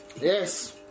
Yes